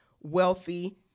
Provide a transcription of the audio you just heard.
wealthy